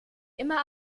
immer